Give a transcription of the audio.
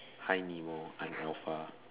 hi nemo I'm alpha